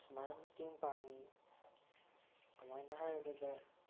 ꯑꯁꯨꯃꯥꯏꯅ ꯃꯇꯦꯡ ꯄꯥꯡꯉꯤ ꯀꯃꯥꯏꯅ ꯍꯥꯏꯔꯕꯗ